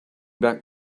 back